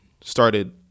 started